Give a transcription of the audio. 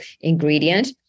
ingredient